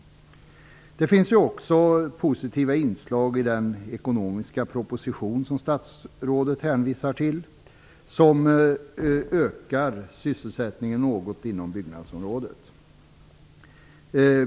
Det finns positiva inslag även i den ekonomiska proposition som statsrådet hänvisar till, som ökar sysselsättningen något inom byggnadsområdet.